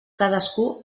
cadascú